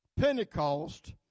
Pentecost